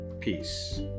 Peace